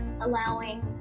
Allowing